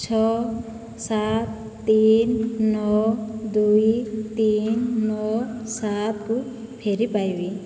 ଛଅ ସାତ ତିନି ନଅ ଦୁଇ ତିନି ନଅ ସାତକୁ ଫେରିପାଇବି